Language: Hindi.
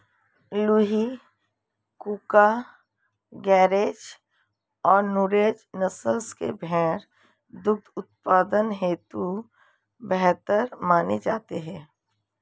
लूही, कूका, गरेज और नुरेज नस्ल के भेंड़ दुग्ध उत्पादन हेतु बेहतर माने जाते हैं